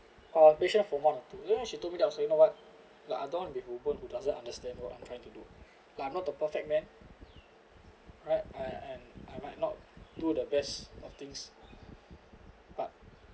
uh I was patient for a month then she told me that so I was like you know what I don't want to be a hoo~ who doesn't understand what I'm trying to do like I'm not a perfect man right I am I might not do the best of things but